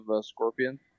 Scorpion